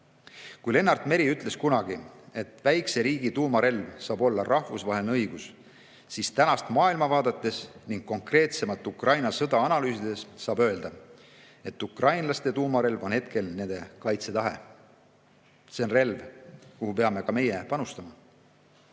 Kui Lennart Meri ütles kunagi, et väikse riigi tuumarelv saab olla rahvusvaheline õigus, siis tänast maailma vaadates ning konkreetsemalt Ukraina sõda analüüsides saab öelda, et ukrainlaste tuumarelv on hetkel nende kaitsetahe. See on relv, kuhu peame ka meie panustama.